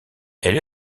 elle